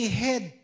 head